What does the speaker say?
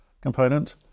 component